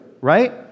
right